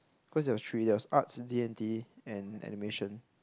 cause there was three there was arts D-and-T and animation